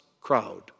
crowd